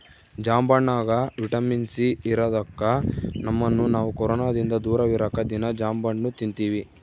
ಜಾಂಬಣ್ಣಗ vitamin C ಇರದೊಕ್ಕ ನಮ್ಮನ್ನು ನಾವು ಕೊರೊನದಿಂದ ದೂರವಿರಕ ದೀನಾ ಜಾಂಬಣ್ಣು ತಿನ್ತಿವಿ